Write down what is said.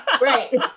right